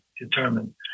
determined